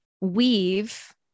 weave